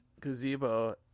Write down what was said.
Gazebo